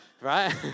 right